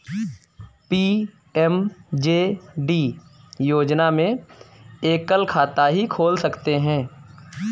PMJD योजना में एकल खाता ही खोल सकते है